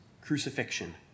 crucifixion